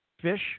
fish